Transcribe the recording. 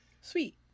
sweet